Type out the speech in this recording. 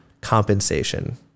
compensation